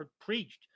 preached